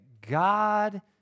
God